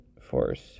Force